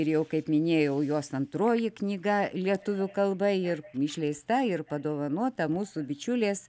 ir jau kaip minėjau jos antroji knyga lietuvių kalba ir išleista ir padovanota mūsų bičiulės